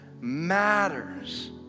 matters